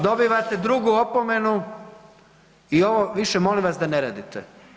Dobivate drugu opomenu i ovo više molim vas da ne radite.